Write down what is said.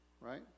Right